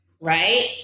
Right